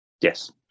yes